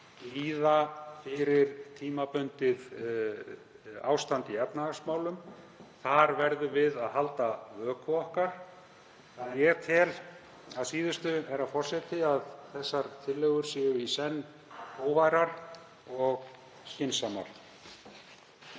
líða fyrir tímabundið ástand í efnahagsmálum. Þar verðum við að halda vöku okkar. Ég tel að síðustu, herra forseti, að þessar tillögur séu í senn hógværar og skynsamlegar.